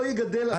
לא יגדל..".